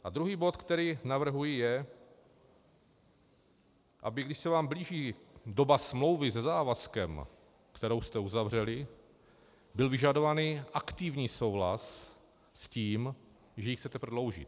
A druhý bod, který navrhuji je, aby když se vám blíží doba smlouvy se závazkem, kterou jste uzavřeli, byl vyžadovaný aktivní souhlas s tím, že ji chcete prodloužit.